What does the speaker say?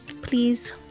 Please